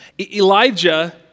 Elijah